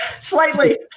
Slightly